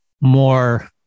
more